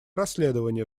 расследование